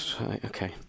Okay